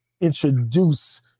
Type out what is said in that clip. introduce